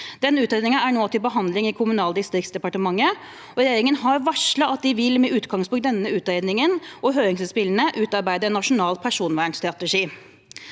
Denne utredningen er nå til behandling i Kommunal- og distriktsdepartementet, og regjeringen har varslet at de med utgangspunkt i utredningen og høringsinnspillene vil utarbeide en nasjonal personvernstrategi.